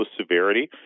severity